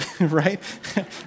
right